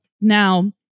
Now